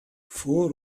vor